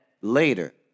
Later